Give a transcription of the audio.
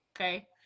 okay